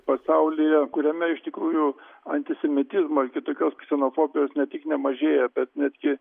pasaulyje kuriame iš tikrųjų antisemitizmas kitokios ksenofobijos ne tik nemažėja bet netgi